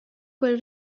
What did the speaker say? quel